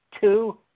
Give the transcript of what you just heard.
two